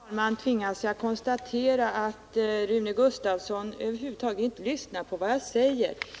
Fru talman! Jag tvingas konstatera att Rune Gustavsson över huvud taget inte lyssnar på vad jag säger.